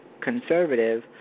conservative